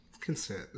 Consent